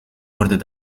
worden